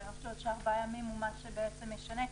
מה שמשנה.